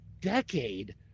decade